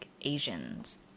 Asians